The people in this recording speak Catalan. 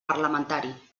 parlamentari